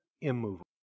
immovable